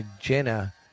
Jenna